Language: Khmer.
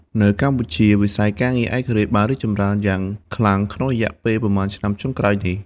នៅកម្ពុជាវិស័យការងារឯករាជ្យបានរីកចម្រើនយ៉ាងខ្លាំងក្នុងរយៈពេលប៉ុន្មានឆ្នាំចុងក្រោយនេះ។